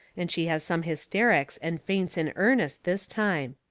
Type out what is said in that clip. and she has some hysterics and faints in earnest this time.